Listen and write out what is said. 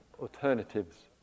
alternatives